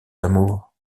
d’amour